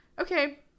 okay